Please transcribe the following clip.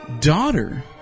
daughter